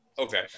Okay